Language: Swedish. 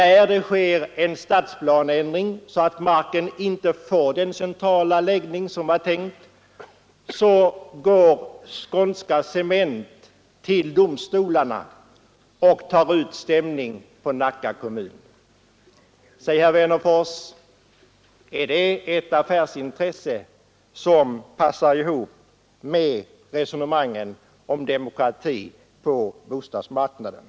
När det så sker en stadsplaneändring så att marken inte får det centrala läge man tidigare tänkt sig, går Skånska Cement till domstol och tar ut stämning på Nacka kommun. Är det, herr Wennerfors, ett affärsintresse som passar ihop med resonemanget om demokrati på bostadsmarknaden?